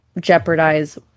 jeopardize